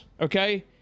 Okay